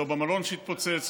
לא במלון שהתפוצץ,